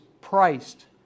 priced